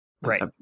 right